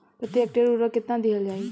प्रति हेक्टेयर उर्वरक केतना दिहल जाई?